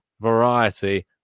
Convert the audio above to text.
variety